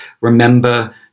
remember